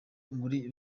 muri